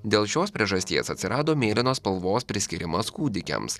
dėl šios priežasties atsirado mėlynos spalvos priskiriamas kūdikiams